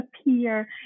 appear